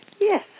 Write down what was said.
Yes